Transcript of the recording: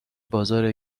بازار